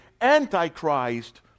Antichrist